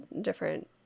different